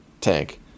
tank